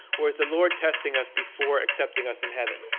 or is the lord testing us before accepting us in heaven?